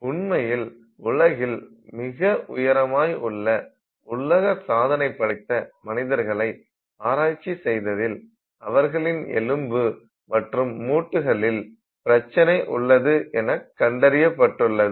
உண்மையில் உலகில் மிக உயரமாய் உள்ள உலக சாதனை படைத்த மனிதர்களை ஆராய்ச்சி செய்ததில் அவர்களின் எலும்பு மற்றும் மூட்டுக்களில் பிரச்சனை உள்ளது எனக் கண்டறியப்பட்டுள்ளது